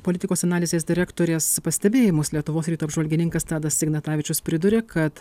politikos analizės direktorės pastebėjimus lietuvos ryto apžvalgininkas tadas ignatavičius priduria kad